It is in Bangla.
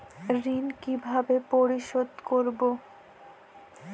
ঋণ কিভাবে পরিশোধ করব?